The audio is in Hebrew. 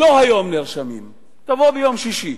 לא היום נרשמים, תבואו ביום אחר.